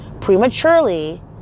prematurely